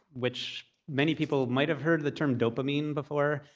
which many people might have heard of the term dopamine before.